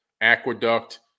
aqueduct